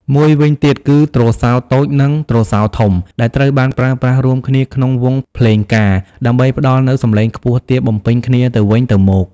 មួយវិញទៀតគឺ ទ្រសោតូច និង ទ្រសោធំ ដែលត្រូវបានប្រើប្រាស់រួមគ្នាក្នុងវង់ភ្លេងការ ដើម្បីផ្តល់នូវសំឡេងខ្ពស់ទាបបំពេញគ្នាទៅវិញទៅមក។